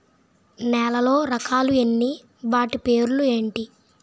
నేలలో రకాలు ఎన్ని వాటి పేర్లు ఏంటి?